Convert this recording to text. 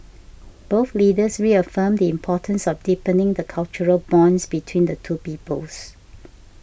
both Leaders reaffirmed the importance of deepening the cultural bonds between the two peoples